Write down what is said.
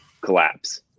collapse